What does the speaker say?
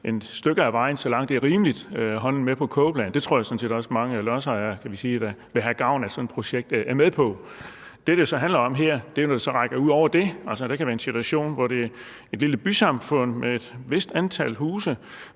et stykke hen ad vejen, så langt det er rimeligt, har de så at sige selv hånden med på kogepladen. Det tror jeg sådan set også mange lodsejere, der vil have gavn af sådan et projekt, er med på. Det, det jo så handler om her, er, når det rækker ud over det. Altså, der kan være en situation, hvor et lille bysamfund med et vist antal huse